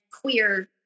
queer